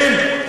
כן,